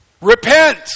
repent